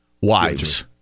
wives